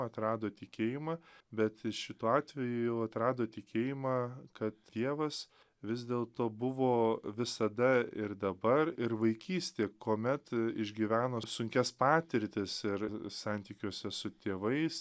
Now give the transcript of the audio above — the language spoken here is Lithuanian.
atrado tikėjimą bet šituo atveju jau atrado tikėjimą kad dievas vis dėlto buvo visada ir dabar ir vaikystė kuomet išgyvena sunkias patirtis ir santykiuose su tėvais